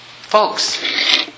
Folks